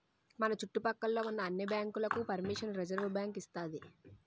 మన చుట్టు పక్క లో ఉన్న అన్ని బ్యాంకులకు పరిమిషన్ రిజర్వుబ్యాంకు ఇస్తాది